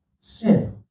Sin